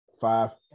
Five